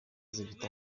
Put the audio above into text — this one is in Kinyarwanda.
zifite